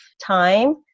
time